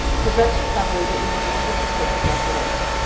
prevention numbers are even more difficult to grapple with.